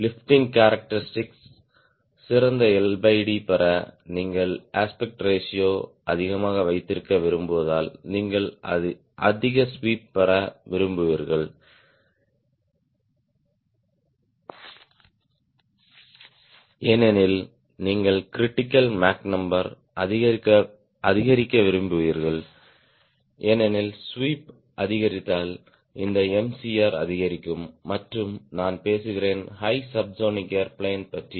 lifting characteristic சிறந்த LD பெற நீங்கள் அஸ்பெக்ட் ரேஷியோ அதிகமாக வைத்திருக்க விரும்புவதால் நீங்கள் அதிக ஸ்வீப் பெற விரும்புவீர்கள் ஏனெனில் நீங்கள் கிரிட்டிக்கல் மேக் நம்பர் அதிகரிக்க விரும்புகிறீர்கள் ஏனெனில் ஸ்வீப் அதிகரித்தால் இந்த Mcr அதிகரிக்கும் மற்றும் நான் பேசுகிறேன் ஹை சப்ஸோனிக் ஏர்பிளேன் பற்றி